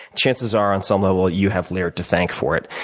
chances are on some level you have laird to thank for it.